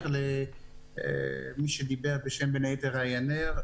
צריך לתת סנקציה אחרת.